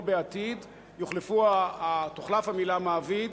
אבל אני מקווה שבכל חוק שיבוא בעתיד תוחלף המלה "מעביד"